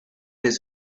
his